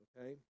okay